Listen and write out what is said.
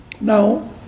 Now